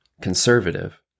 conservative